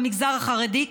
במגזר החרדי,